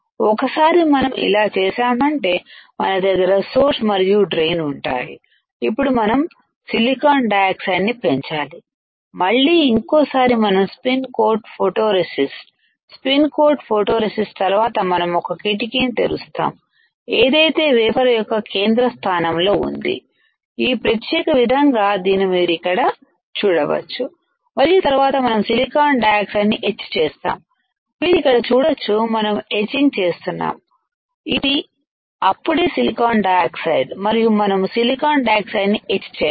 ఒకసారి మనం ఇలా చేశామంటే మన దగ్గర సోర్స్ మరియు డ్రైన్ ఉంటాయి ఇప్పుడు మనం సిలికాన్ డయాక్సైడ్ ని పెంచాలి మళ్లీ ఇంకోసారి మనం spin coat photo resist spin coat photo resist తర్వాత మనం ఒక కిటికీ ని తెరుస్తాం ఏదైతే వేఫర్ యొక్క కేంద్ర స్థానంలో ఉంది ఈ ప్రత్యేక విధంగా దీన్ని మీరు ఇక్కడ చూడవచ్చు మరియు తరువాత మనం సిలికాన్ డయాక్సైడ్ ని ఎచ్ చేస్తాం మీరు ఇక్కడ చూడొచ్చు మనం ఎచ్చింగ్ చేస్తున్నాము ఇది అప్పుడే సిలికాన్ డయాక్సైడ్ మరియు మనము సిలికాన్ డయాక్సైడ్ని ఎచ్ చేయాలి